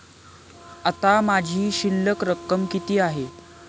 आता माझी शिल्लक रक्कम किती आहे?